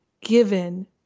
given